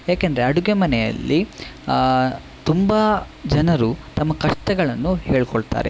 ಏಕೆಂದರೆ ಅಡುಗೆ ಮನೆಯಲ್ಲಿ ತುಂಬ ಜನರು ತಮ್ಮ ಕಷ್ಟಗಳನ್ನು ಹೇಳ್ಕೊಳ್ತಾರೆ